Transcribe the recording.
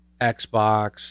Xbox